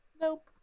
Nope